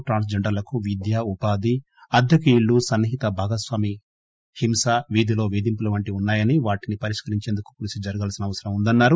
ట్రాన్స్ జెండర్లకు విద్య ఉపాధి అద్దెకు ఇళ్ళు సన్నిహిత భాగస్వామి హింస వీధిలో పేధింపులు వంటివి ఉన్నాయని వాటిని పరిష్కరించేందుకు కృషి జరగాల్పిన అవసరం ఉందన్నారు